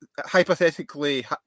hypothetically